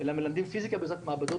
אלא מלמדים פיזיקה קודם כל בעזרת מעבדות.